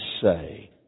say